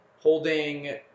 holding